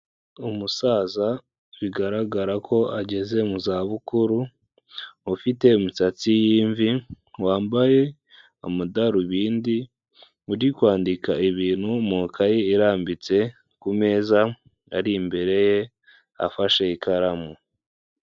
Umusaza bigaragara ko ageze mu za bukuru ufite imisatsi y'imvi wambaye amadarubindi uri kwandika ibintu mukaye irambitse ku meza ari imbere afashe ikaramu.